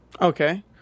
Okay